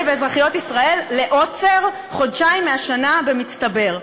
ואזרחי ישראל לעוצר חודשיים מהשנה במצטבר.